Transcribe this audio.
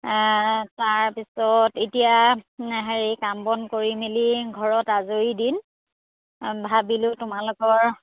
তাৰপিছত এতিয়া হেৰি কাম বন কৰি মেলি ঘৰত আজৰিৰ দিন ভাবিলোঁ তোমালোকৰ